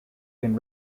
been